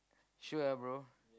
she will have bro